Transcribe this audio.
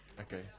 okay